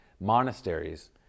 monasteries